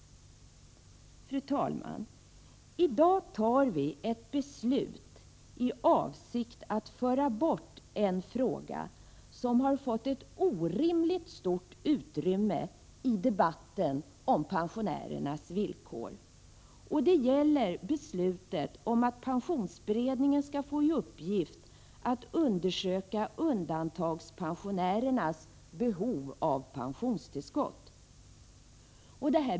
Fru talman! I dag fattar vi ett beslut i avsikt att föra bort en fråga som har fått ett orimligt stort utrymme i debatten om pensionärernas villkor. Detta beslut går ut på att pensionsberedningen skall få i uppgift att undersöka undantagandepensionärernas behov av pensionstillskott.